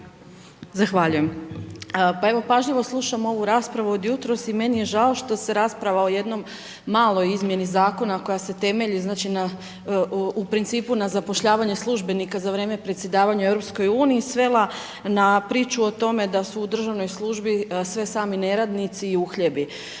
Zahvaljujem. Pa evo, pažljivo slušam ovu raspravu od jutros i meni je žao što se rasprava o jednom maloj izmjeni Zakona koja se temelji, znači, na, u principu na zapošljavanje službenika za vrijeme predsjedavanja u EU, svela na priču o tome da su u državnoj službi sve sami neradnici i uhljebi.